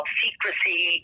secrecy